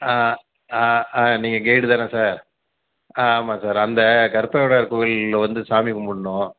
ஆ ஆ ஆ நீங்கள் கைடு தானே சார் ஆ ஆமாம் சார் அந்த கற்பக விநாயகர் கோயிலில் வந்து சாமி கும்பிட்ணும்